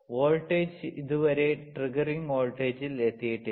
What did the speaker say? voltage ഇതുവരെ triggering വോൾട്ടേജിൽ എത്തിയിട്ടില്ല